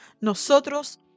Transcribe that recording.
Nosotros